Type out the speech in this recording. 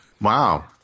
Wow